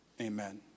amen